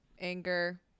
anger